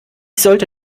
sollte